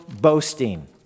boasting